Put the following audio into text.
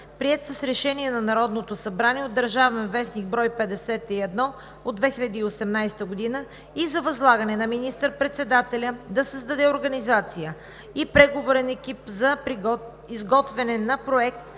приет с решение на Народното събрание (ДВ, бр. 51 от 2018 г.), и за възлагане на министър-председателя да създаде организация и преговорен екип за изготвяне на проект